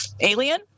Alien